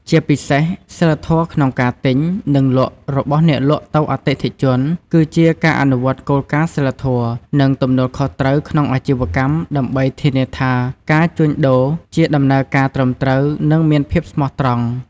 ជាពីសេសសីលធម៌ក្នុងការទិញ និងលក់របស់អ្នកលក់ទៅអតិថិជន គឺជាការអនុវត្តគោលការណ៍សីលធម៌ និងទំនួលខុសត្រូវក្នុងអាជីវកម្ម ដើម្បីធានាថាការជួញដូរជាដំណើរការត្រឹមត្រូវ និងមានភាពស្មោះត្រង់។